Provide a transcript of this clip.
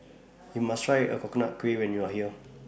YOU must Try Coconut Kuih when YOU Are here